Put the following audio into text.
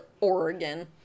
oregon